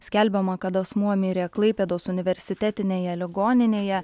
skelbiama kad asmuo mirė klaipėdos universitetinėje ligoninėje